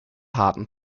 harten